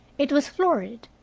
it was florid,